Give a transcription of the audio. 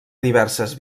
diverses